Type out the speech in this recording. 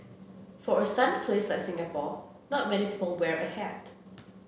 for a sunny place like Singapore not many people wear a hat